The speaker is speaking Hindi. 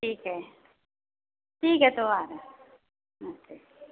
ठीक है ठीक है तो आ रहें अच्छा ठीक